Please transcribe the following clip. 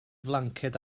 flanced